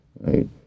Right